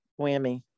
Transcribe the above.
whammy